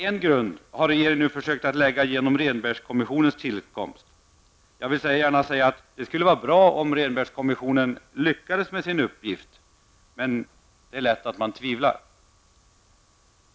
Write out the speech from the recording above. En grund har regeringen nu försökt att lägga genom Rehnbergkommissionens tillkomst. Jag vill gärna säga att det vore bra om Rehnbergkommissionen lyckades med sin uppgift. Men det är lätt att tvivla.